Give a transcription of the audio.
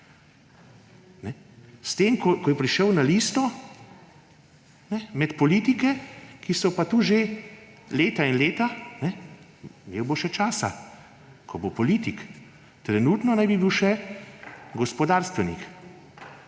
s tem ko je prišel na listo med politike, ki so pa tu že leta in leta? Imel bo še časa, ko bo politik, trenutno naj bi bil še gospodarstvenik.